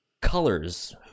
colors